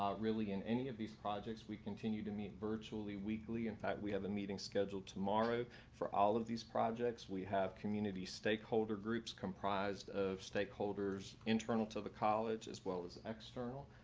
ah really, in any of these projects, we continue to meet virtually weekly. in fact, we have a meeting scheduled tomorrow. for all of these projects. we have community stakeholder groups comprised of stakeholders internal to the college as well as external.